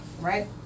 right